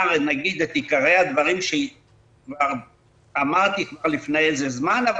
את עיקרי הדברים שאמרתי כבר לפני זמן מה,